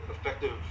effective